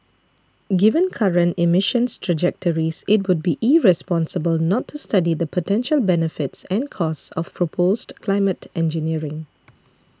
given current emissions trajectories it would be irresponsible not to study the potential benefits and costs of proposed climate engineering